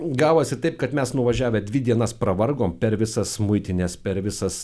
gavosi taip kad mes nuvažiavę dvi dienas pravargom per visas muitines per visas